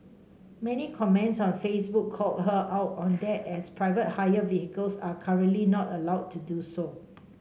many comments on Facebook called her out on that as private hire vehicles are currently not allowed to do so